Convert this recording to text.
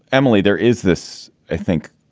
emily, there is this, i think,